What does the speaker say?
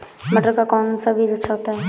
मटर का कौन सा बीज अच्छा होता हैं?